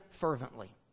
fervently